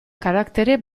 karaktere